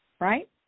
right